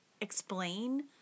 explain